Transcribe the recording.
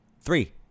Three